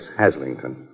Haslington